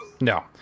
No